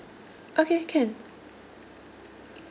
okay can